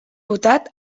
votat